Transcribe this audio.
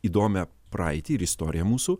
įdomią praeitį ir istoriją mūsų